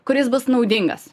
kuris bus naudingas